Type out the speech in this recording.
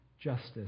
justice